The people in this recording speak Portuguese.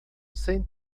sem